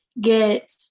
get